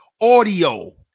Audio